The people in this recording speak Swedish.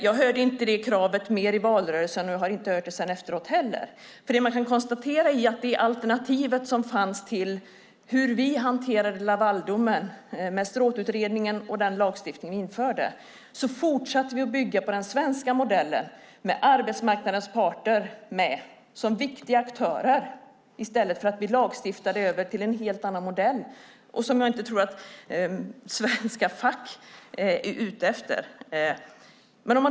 Jag hörde inte detta krav mer i valrörelsen, och jag har inte hört det efteråt heller. Det man kan konstatera är att det var ett alternativ till hur vi hanterade Lavaldomen, med Strååtutredningen och den lagstiftning vi införde. Vi fortsatte att bygga på den svenska modellen med arbetsmarknadens parter som viktiga aktörer i stället för att lagstifta över till en helt annan modell, som alternativet hade varit och som jag inte tror att svenska fack är ute efter.